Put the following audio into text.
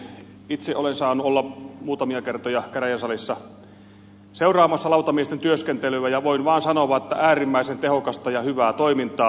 itse olen saanut olla muutamia kertoja käräjäsalissa seuraamassa lautamiesten työskentelyä ja voin vaan sanoa että äärimmäisen tehokasta ja hyvää toimintaa